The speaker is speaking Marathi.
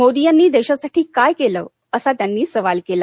मोदी यांनी देशासाठी काय केलं असा त्यांनी सवाल केला